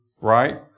right